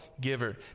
giver